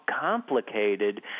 complicated